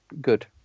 good